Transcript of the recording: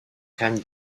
can